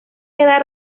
queda